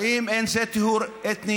האם אין זה טיהור אתני?